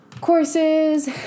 courses